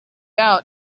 out